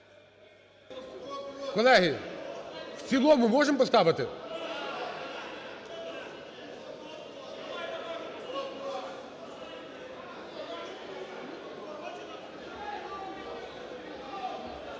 Колеги, в цілому ми можемо поставити?